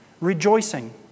Rejoicing